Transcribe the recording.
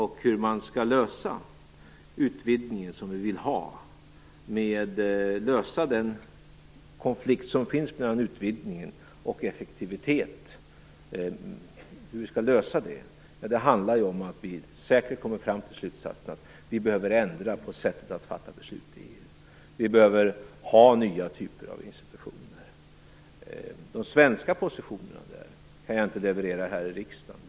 I arbetet med hur man skall lösa den konflikt som finns mellan utvidgningen, som vi vill ha, och effektiviteten kommer vi säkert fram till slutsatsen att vi behöver ändra på sättet att fatta beslut. Vi behöver ha nya typer av institutioner. De svenska positionerna i denna fråga kan jag inte leverera här i riksdagen.